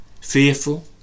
Fearful